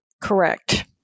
correct